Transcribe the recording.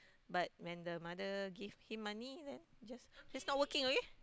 but when the mother give him money then just she's not working okay